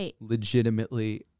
legitimately